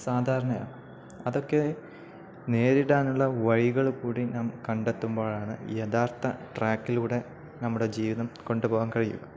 സാധാരണയാണ് അതൊക്കെ നേരിടാനുള്ള വഴികള്കൂടി നാം കണ്ടെത്തുമ്പോഴാണു യഥാർത്ഥ ട്രാക്കിലൂടെ നമ്മുടെ ജീവിതം കൊണ്ടുപോകാൻ കഴിയുക